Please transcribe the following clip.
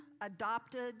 adopted